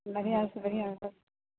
बढ़िआँसँ बढ़िआँ